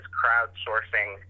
crowdsourcing